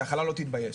שהחלה לא תתבייש.